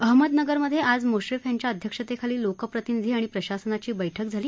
अहमदनगरमध्ये आज मुश्रीफ यांच्या अध्यक्षतेखाली लोकप्रतिनिधी आणि प्रशासनाची बैठक झाली